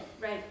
Right